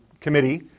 committee